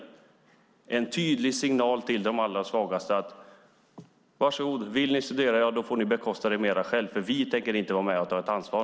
Det är en tydlig signal till de allra svagaste: Vill ni studera får ni bekosta det mer själva för vi tänker inte vara med och ta ett ansvar.